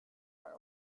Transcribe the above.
are